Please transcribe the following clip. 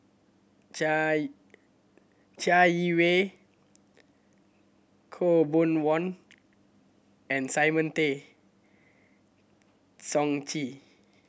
Chai Chai Yee Wei Khaw Boon Wan and Simon Tay Seong Chee